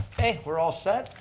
hey, we're all set.